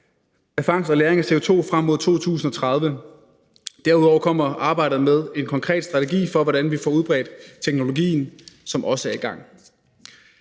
af fangst og lagring af CO2 frem mod 2030. Derudover kommer arbejdet med en konkret strategi for, hvordan vi får udbredt teknologien, som også er i gang.